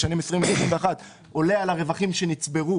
בשנים 2020 2021 עולה על הרווחים שנצברו